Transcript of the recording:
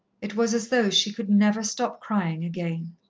it was as though she could never stop crying again.